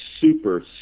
super